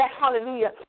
hallelujah